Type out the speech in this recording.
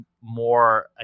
more